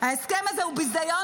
ההסכם הזה הוא ביזיון,